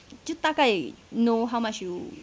就大概 know how much you